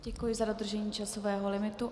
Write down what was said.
Děkuji za dodržení časového limitu.